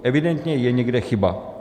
Evidentně je někde chyba.